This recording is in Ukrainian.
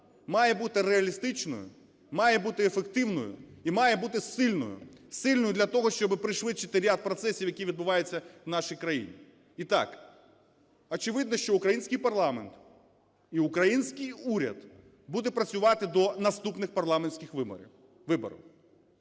має бути реалістичною, має бути ефективною і має бути сильною. Сильною для того, щоб пришвидшити ряд процесів, які відбуваються в нашій країні. І так, очевидно, що український парламент і український уряд буде працювати до наступних парламентських виборів.